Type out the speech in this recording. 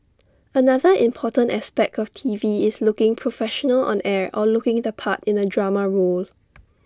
another important aspect of T V is looking professional on air or looking the part in A drama role